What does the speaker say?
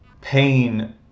pain